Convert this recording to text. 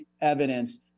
evidence